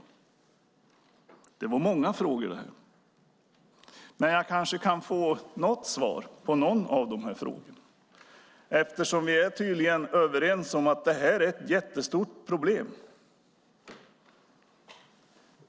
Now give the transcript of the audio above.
Det var många frågor. Jag kanske kan få svar på någon av dem eftersom vi tydligen är överens om att det här är ett stort problem.